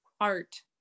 art